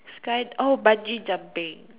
sky oh bungee jumping